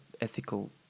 ethical